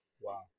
Wow